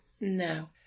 No